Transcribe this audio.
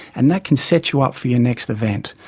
and that can set you up for your next event.